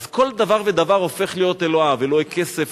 אז כל דבר ודבר הופך להיות אלוהיו: אלוהי כסף,